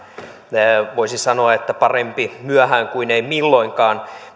voisi sanoa että parempi myöhään kuin ei milloinkaan